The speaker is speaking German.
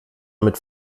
mit